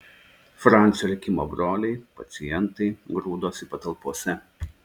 francio likimo broliai pacientai grūdosi patalpose